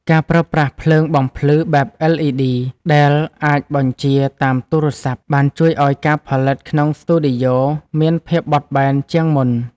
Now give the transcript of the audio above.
ការប្រើប្រាស់ភ្លើងបំភ្លឺបែប អិលអ៊ីឌី ដែលអាចបញ្ជាតាមទូរស័ព្ទ បានជួយឱ្យការផលិតក្នុងស្ទូឌីយ៉ូមានភាពបត់បែនជាងមុន។